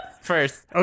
first